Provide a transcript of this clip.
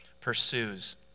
pursues